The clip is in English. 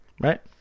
Right